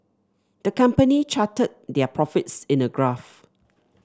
the company charted their profits in a graph